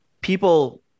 people